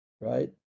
Right